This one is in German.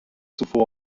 zuvor